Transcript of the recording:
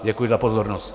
Děkuji za pozornost.